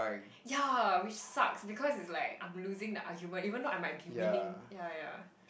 yeah which sucks because it's like I'm losing the argument even though I might be winning yeah yeah